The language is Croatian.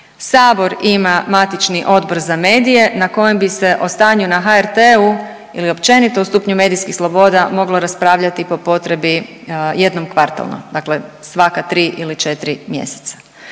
Sabor ima matični odbor za medije na kojem bi se o stanju na HRT-u ili općenito o stupnju medijskih sloboda moglo raspravljati po potrebi jednom kvartalno, svaka 3 ili 4 mjeseca.